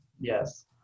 Yes